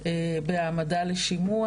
בהעמדה לשימוע.